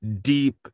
deep